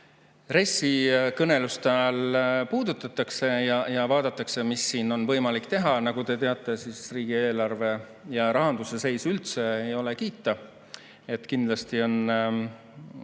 RES‑i kõneluste ajal puudutatakse ja vaadatakse, mis seal on võimalik teha. Nagu te teate, riigieelarve ja rahanduse seis üldse ei ole kiita. Kindlasti on